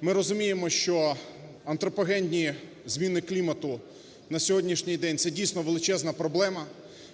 Ми розуміємо, що антропогенні зміни клімату на сьогоднішній день – це дійсно величезна проблема.